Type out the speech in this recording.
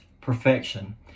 perfection